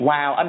Wow